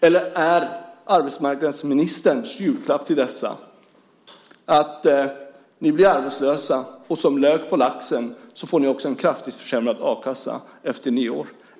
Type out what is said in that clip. Eller är arbetsmarknadsministerns julklapp till dessa människor: Ni blir arbetslösa, och som lök på laxen får ni också en kraftigt försämrad a-kassa efter nyår?